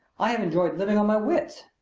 i have enjoyed living on my wits.